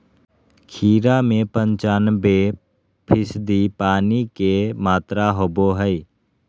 खीरा में पंचानबे फीसदी पानी के मात्रा होबो हइ